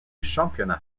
championnat